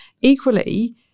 Equally